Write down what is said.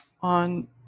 on